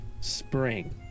Spring